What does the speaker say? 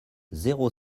zéro